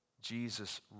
Jesus